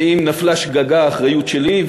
ואם נפלה השגגה האחריות שלי,